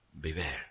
beware